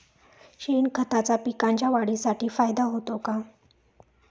शेणखताचा पिकांच्या वाढीसाठी फायदा होतो का?